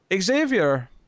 Xavier